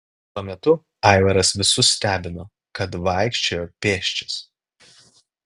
tuo metu aivaras visus stebino kad vaikščiojo pėsčias